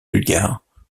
bulgare